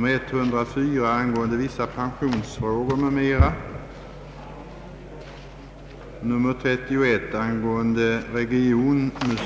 Med det anförda anhålles om kammarens tillstånd att till herr statsrådet och chefen för justitiedepartementet